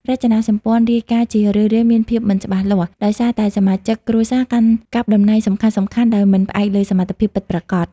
រចនាសម្ព័ន្ធរាយការណ៍ជារឿយៗមានភាពមិនច្បាស់លាស់ ដោយសារតែសមាជិកគ្រួសារកាន់កាប់តំណែងសំខាន់ៗដោយមិនផ្អែកលើសមត្ថភាពពិតប្រាកដ។